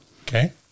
Okay